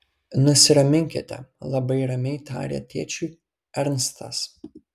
nusiraminkite labai ramiai tarė tėčiui ernstas